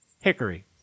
Hickory